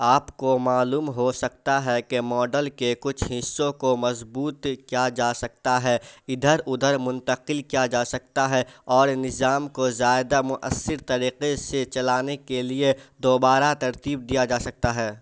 آپ کو معلوم ہو سکتا ہے کہ ماڈل کے کچھ حصوں کو مضبوط کیا جا سکتا ہے ادھر ادھر منتقل کیا جا سکتا ہے اور نظام کو زائدہ مؤثر طریقے سے چلانے کے لیے دوبارہ ترتیب دیا جا سکتا ہے